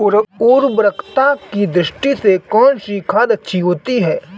उर्वरकता की दृष्टि से कौनसी खाद अच्छी होती है?